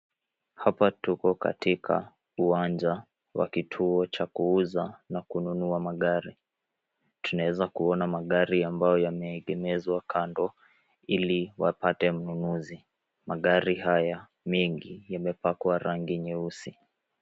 Hapa tuko katika uwanja wa kituo cha kuuza na kununua magari. Tunaweza kuona magari ambayo yameegeshwa kando ili wapate mnunuzi. Magari haya mengi yamepakwa rangi nyeusi.